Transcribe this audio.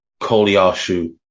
Koliashu